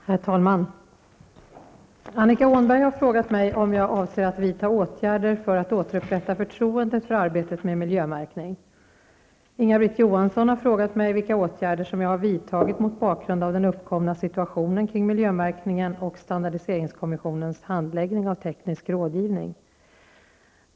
Herr talman! Annika Åhnberg har frågat mig om jag avser att vidta åtgärder för att återupprätta förtroendet för arbetet med miljömärkning. Inga-Britt Johansson har frågat mig vilka åtgärder som jag har vidtagit mot bakgrund av den uppkomna situationen kring miljömärkningen och standardiseringskommissionens handläggning av teknisk rådgivning.